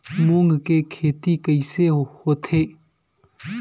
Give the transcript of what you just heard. मूंग के खेती कइसे होथे?